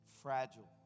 fragile